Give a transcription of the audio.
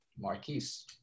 Marquise